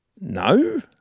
No